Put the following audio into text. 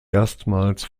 erstmals